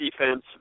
defense